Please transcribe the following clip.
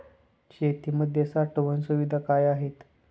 शेतीमध्ये साठवण सुविधा काय आहेत?